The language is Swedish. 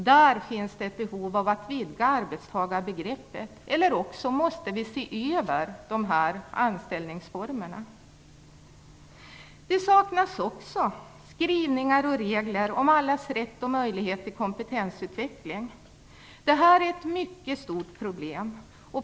Där finns ett behov av att vidga arbetstagarbegreppet; eller också måste vi se över dessa anställningsformer. Det saknas också skrivningar och regler om allas rätt och möjligheter till kompetensutveckling. Detta är ett mycket stort problem.